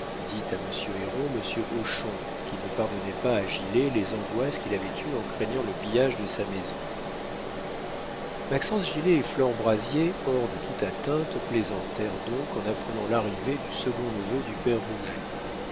dit à monsieur héron monsieur hochon qui ne pardonnait pas à gilet les angoisses qu'il avait eues en craignant le pillage de sa maison maxence gilet et flore brazier hors de toute atteinte plaisantèrent donc en apprenant l'arrivée du second neveu du père